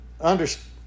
understand